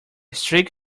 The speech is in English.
streak